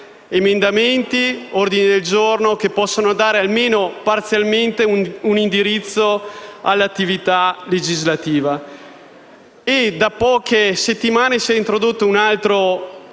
Da poche settimane si è introdotto un altro